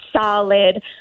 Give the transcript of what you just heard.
solid